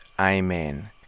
Amen